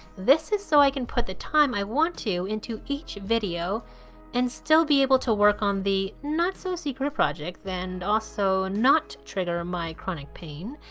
this is so i can put the time i want to in each video and still be able to work on the not-so-secret project and also not trigger my chronic pain.